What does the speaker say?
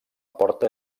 porta